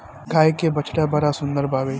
गाय के बछड़ा बड़ा सुंदर बावे